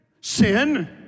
sin